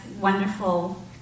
wonderful